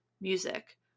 music